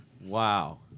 Wow